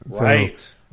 right